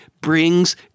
brings